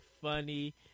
funny